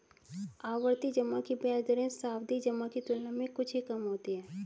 आवर्ती जमा की ब्याज दरें सावधि जमा की तुलना में कुछ ही कम होती हैं